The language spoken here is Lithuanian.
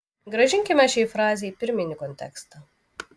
grąžinkime šiai frazei pirminį kontekstą